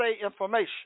information